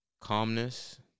calmness